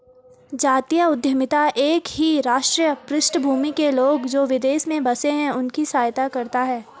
जातीय उद्यमिता एक ही राष्ट्रीय पृष्ठभूमि के लोग, जो विदेश में बसे हैं उनकी सहायता करता है